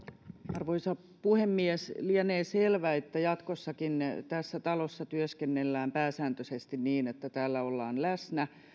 arvoisa puhemies lienee selvää että jatkossakin tässä talossa työskennellään pääsääntöisesti niin että täällä ollaan läsnä